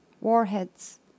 warheads